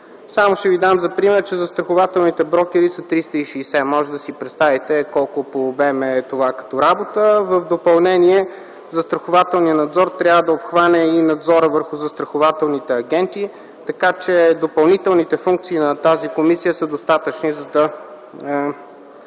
Само ще ви дам за пример, че застрахователните брокери са 360. Можете да си представите, колко по обем е това, като работа. В допълнение – застрахователният надзор трябва да обхване и надзорът върху застрахователните агенти, така че допълнителните функции на тази комисия са достатъчни, за да